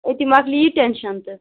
أتی مۅکلہِ یہِ ٹٮ۪نشَن تہِ